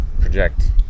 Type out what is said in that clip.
project